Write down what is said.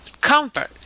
Comfort